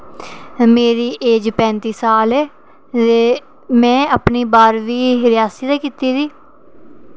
ते मेरी एज़ पैंती साल ऐ ते में अपनी बाह्रमीं रियासी दा कीती दी